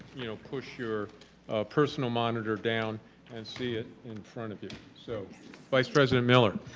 you know, push your personal monitor down and see it in front of you. so vice president miller.